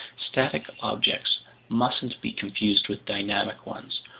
static objects mustn't be confused with dynamic ones,